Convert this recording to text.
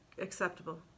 Acceptable